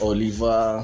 Oliver